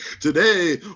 Today